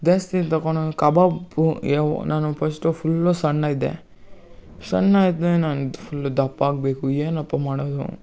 ಜಾಸ್ತಿ ತಕೊಳುದು ಕಬಾಬು ಯವ್ ನಾನು ಪಸ್ಟು ಫುಲ್ಲೂ ಸಣ್ಣ ಇದ್ದೆ ಸಣ್ಣ ಇದ್ದೆ ನಾನು ಫುಲ್ ದಪ್ಪ ಆಗಬೇಕು ಏನಪ್ಪ ಮಾಡೋದು